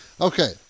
Okay